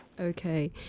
Okay